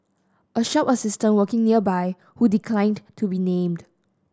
a shop assistant working nearby who declined to be named